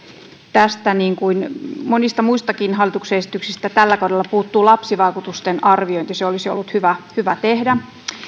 tästä niin kuin monista muistakin hallituksen esityksistä tällä kaudella puuttuu lapsivaikutusten arviointi se olisi ollut hyvä hyvä tehdä